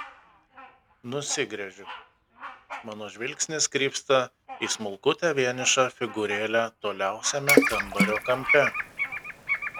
nusigręžiu mano žvilgsnis krypsta į smulkutę vienišą figūrėlę toliausiame kambario kampe